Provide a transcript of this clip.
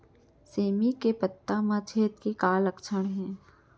सेमी के पत्ता म छेद के का लक्षण हे?